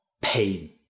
Pain